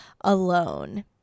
alone